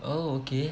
oh okay